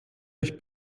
euch